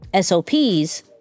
SOPs